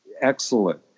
excellent